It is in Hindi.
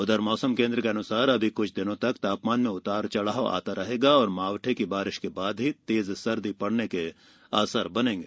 उधर मौसम केन्द्र के अनुसार अभी कुछ दिनों तक तापमान में उतार चढ़ाव आता रहेगा और मावठे की बारिश के बाद ही तेज सर्दी पड़ने के आसार बनेंगे